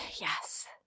Yes